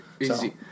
easy